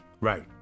Right